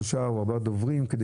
שלושה או ארבעה דוברים כדי